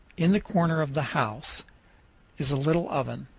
in the corner of the house is a little oven,